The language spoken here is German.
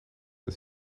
ist